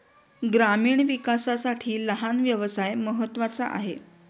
ग्रामीण विकासासाठी लहान व्यवसाय महत्त्वाचा आहे